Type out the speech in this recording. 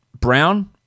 Brown